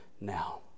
now